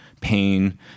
pain